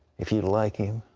if youd like him,